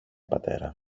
πατέρα